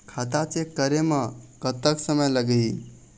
खाता चेक करे म कतक समय लगही?